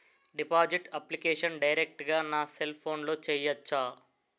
Deposit application direct గా నా cell ఫోన్లో చెయ్యచా?